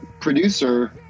producer